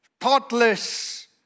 thoughtless